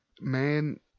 Man